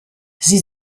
sie